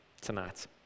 tonight